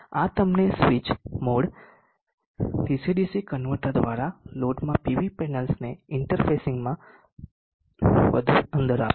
આ તમને switch mode DC DC converter દ્વારા લોડમાં પીવી પેનલ્સને ઇન્ટરફેસિંગમાં વધુ અંદર આપશે